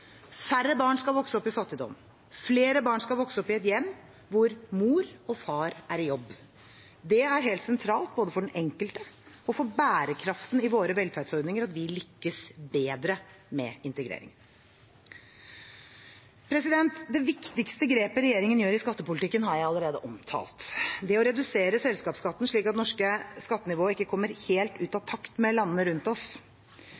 Færre barn skal vokse opp i fattigdom. Flere barn skal vokse opp i et hjem hvor mor og far er i jobb. Det er helt sentralt både for den enkelte og for bærekraften i våre velferdsordninger at vi lykkes bedre med integreringen. Det viktigste grepet regjeringen gjør i skattepolitikken, har jeg alt omtalt. Det er å redusere selskapsskatten, slik at det norske skattenivået ikke kommer helt ut av takt med landene rundt oss